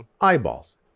eyeballs